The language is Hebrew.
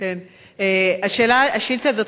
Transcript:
השאילתא הזאת,